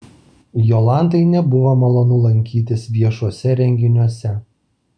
jolantai nebuvo malonu lankytis viešuose renginiuose